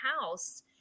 house